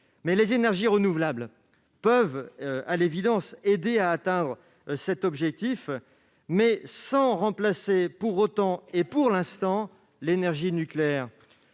Les énergies renouvelables peuvent à l'évidence aider à atteindre nos objectifs, mais sans remplacer pour autant et pour l'instant l'énergie nucléaire.